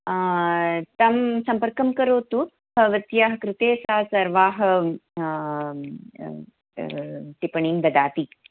तं सम्पर्कं करोतु भवत्याः कृते सा सर्वाः टिप्पणीं ददाति